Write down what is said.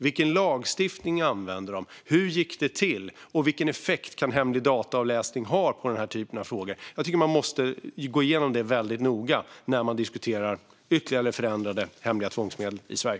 Vilken lagstiftning använde de, hur gick det till och vilken effekt kan hemlig dataavläsning ha på den här typen av frågor? Jag tycker att man måste gå igenom det väldigt noga när man diskuterar ytterligare förändrade hemliga tvångsmedel i Sverige.